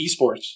esports